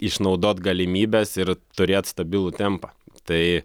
išnaudot galimybes ir turėt stabilų tempą tai